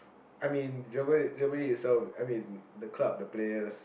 I mean Germa~ Germany itself I mean the club the players